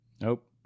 Nope